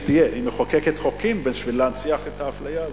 תהיה אלא היא מחוקקת חוקים כדי להנציח את האפליה הזאת.